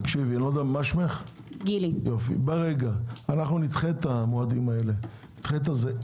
אנו נדחה את המועדים הללו.